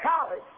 college